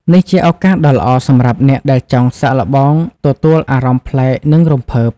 នេះជាឱកាសដ៏ល្អសម្រាប់អ្នកដែលចង់សាកល្បងទទួលអារម្មណ៍ប្លែក និងរំភើប។